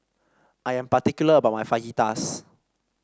I am particular about my Fajitas